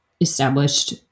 established